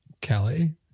Kelly